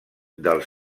dels